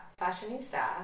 fashionista